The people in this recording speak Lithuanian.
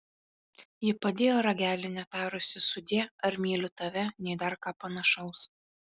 ji padėjo ragelį netarusi sudie ar myliu tave nei dar ką panašaus